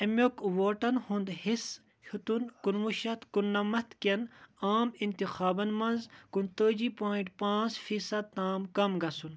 اَمیُک ووٹن ہُنٛد حِصہٕ ہیوٚتُن کُنوُہ شیٚتھ کُنٛنَمتھ کٮ۪ن عام انتخابن منٛز کُنتٲجی پوایِنٛٹ پانٛژھ فیٖصد تام كم گژھُن